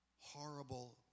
horrible